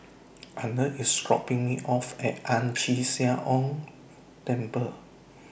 Arnett IS dropping Me off At Ang Chee Sia Ong Temple